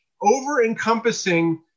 over-encompassing